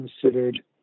considered